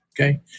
Okay